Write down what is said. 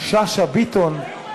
שאשא ביטון.